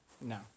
No